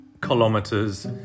kilometers